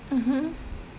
mmhmm